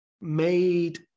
made